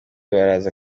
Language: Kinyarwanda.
baraza